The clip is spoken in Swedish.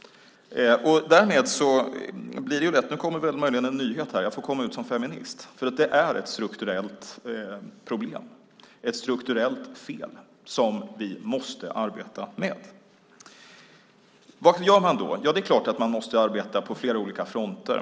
Därmed blir det - och här kommer möjligen en nyhet, att jag får komma ut som feminist - ett strukturellt problem, ett strukturellt fel, som vi måste arbeta med. Vad gör man då? Ja, det är klart att man måste arbeta på flera olika fronter.